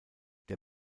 der